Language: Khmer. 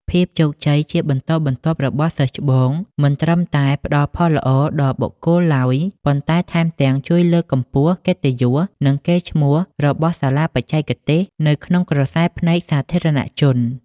ភាពជោគជ័យជាបន្តបន្ទាប់របស់សិស្សច្បង មិនត្រឹមតែផ្ដល់ផលល្អដល់បុគ្គលឡើយ ប៉ុន្តែថែមទាំងជួយលើកកម្ពស់កិត្តិយស និងកេរ្តិ៍ឈ្មោះរបស់សាលាបច្ចេកទេសនៅក្នុងក្រសែភ្នែកសាធារណជន។